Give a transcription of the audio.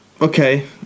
okay